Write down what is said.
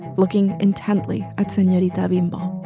looking intently at senorita bimbo